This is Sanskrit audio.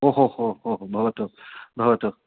ओहोहो हो भवतु भवतु